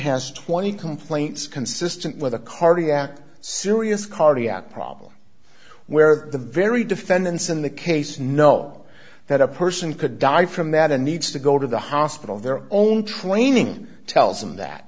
has twenty complaints consistent with a cardiac serious cardiac problem where the very defendants in the case know that a person could die from that and needs to go to the hospital their own training tells them that